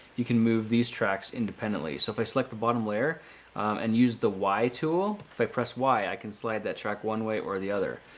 you can move these tracks independently. so, if i select the bottom layer and use the y tool, if i press y, i could slide that track one way or the other.